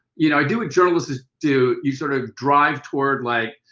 you know, i do what journalists do, you sort of drive toward like,